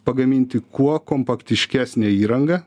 pagaminti kuo kompaktiškesnę įrangą